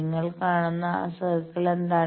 നിങ്ങൾ കാണുന്ന ആ സർക്കിളിൽ എന്താണ്